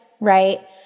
right